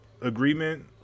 agreement